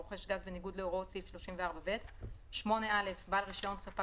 הרוכש גז בניגוד להוראות סעיף 34(ב); בעל רישיון ספק